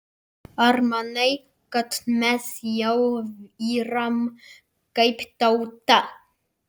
ar manai kad mes jau yram kaip tauta